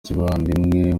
kivandimwe